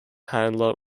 handler